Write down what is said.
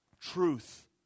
truth